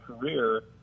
career